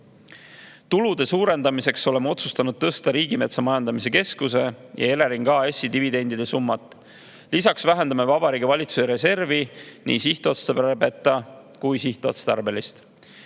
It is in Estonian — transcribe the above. Tulude suurendamiseks oleme otsustanud tõsta Riigimetsa Majandamise Keskuse ja Elering AS-i dividendide summat. Lisaks vähendame Vabariigi Valitsuse reservi, nii sihtotstarbeta kui ka sihtotstarbelist.